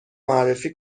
معرفی